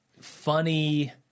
funny